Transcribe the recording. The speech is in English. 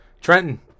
Trenton